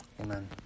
Amen